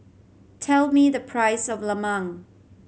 tell me the price of lemang